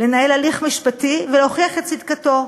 לנהל הליך משפטי ולהוכיח את צדקתו.